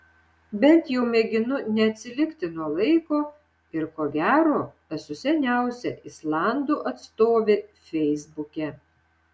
bent jau mėginu neatsilikti nuo laiko ir ko gero esu seniausia islandų atstovė feisbuke